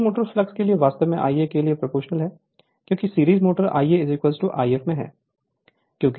series motor flux के लिए वास्तव में Ia के लिए प्रोफेशनल है क्योंकि सीरीज मोटर Ia If में है